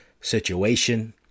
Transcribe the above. situation